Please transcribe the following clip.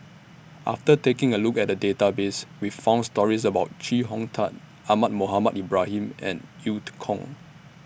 after taking A Look At The Database We found stories about Chee Hong Tat Ahmad Mohamed Ibrahim and EU Kong